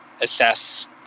assess